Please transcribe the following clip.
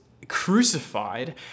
crucified